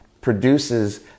produces